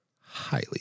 highly